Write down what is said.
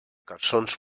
cançons